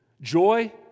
Joy